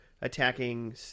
attacking